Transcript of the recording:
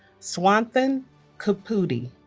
swathanth kuchipudi